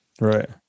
Right